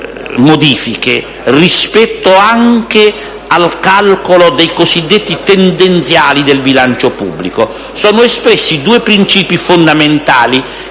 modifiche rispetto anche al calcolo dei cosiddetti tendenziali del bilancio pubblico. Sono espressi due principi fondamentali